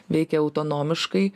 veikia autonomiškai